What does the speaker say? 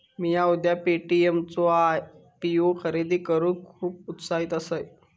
मिया उद्या पे.टी.एम चो आय.पी.ओ खरेदी करूक खुप उत्साहित असय